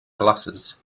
glasses